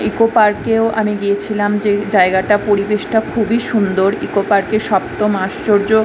eco পার্কেও আমি গিয়েছিলাম যে জায়গাটা পরিবেশটা খুবই সুন্দর ইকো পার্কের সপ্তম আশ্চর্য